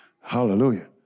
Hallelujah